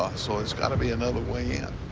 um so it's got to be another way in.